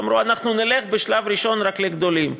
אמרו: אנחנו נלך בשלב הראשון רק לגדולים,